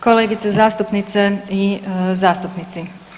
Kolegice zastupnice i zastupnici.